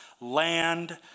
land